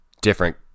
different